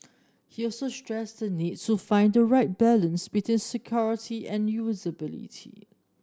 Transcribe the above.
he also stressed the need to find the right balance between security and usability